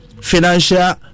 Financial